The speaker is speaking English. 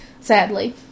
sadly